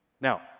Now